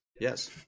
yes